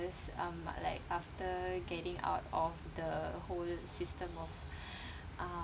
years um like after getting out of the whole system of uh